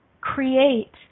Create